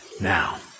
now